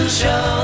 show